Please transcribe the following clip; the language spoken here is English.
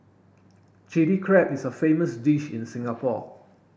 Chilli Crab is a famous dish in Singapore